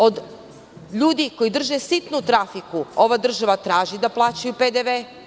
Od ljudi koji drže sitne trafike ova država traži da plaćaju PDV.